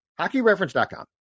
hockeyreference.com